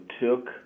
took